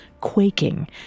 quaking